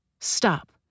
Stop